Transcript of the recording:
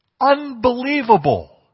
unbelievable